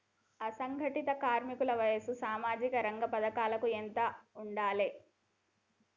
అసంఘటిత కార్మికుల వయసు సామాజిక రంగ పథకాలకు ఎంత ఉండాలే?